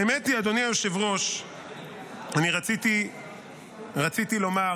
האמת היא, אדוני היושב-ראש, רציתי לומר,